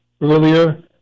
earlier